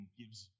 gives